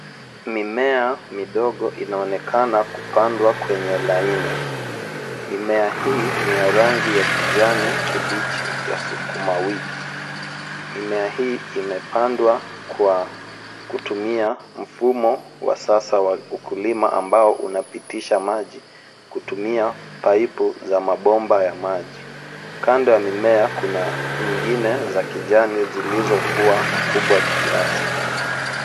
Mimea midogo inaonekana kupandwa kwenye laini. Mimea hii ni ya rangi ya kijani kibichi ya sukumawiki. Mimea hii imepandwa kwa kutumia mfumo wa sasa wa ukulima ambao unapitisha maji kutumia paipu za mabomba ya maji. Kando ya mimea, kuna nyingine za kijani zilizokua kubwa kiasi.